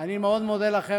אני מאוד מודה לכם,